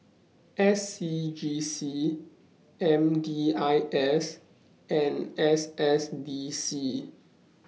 S C G C M D I S and S S D C